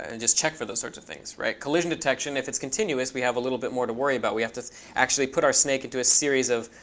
and just check for those sorts of things, right? collision detection, if it's continuous, we have a little bit more to worry about. we have to actually put our snake into a series of